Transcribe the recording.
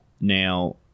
now